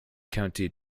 county